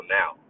now